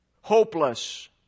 hopeless